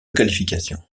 qualification